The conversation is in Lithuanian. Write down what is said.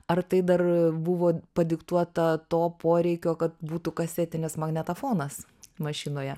ar tai dar buvo padiktuota to poreikio kad būtų kasetinis magnetofonas mašinoje